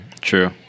True